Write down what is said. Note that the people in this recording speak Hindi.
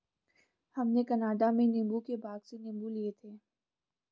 हमने कनाडा में नींबू के बाग से नींबू लिए थे